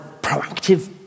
proactive